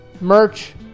merch